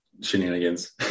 shenanigans